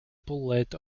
bwled